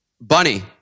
Bunny